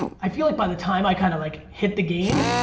i feel like by the time i kinda like hit the game,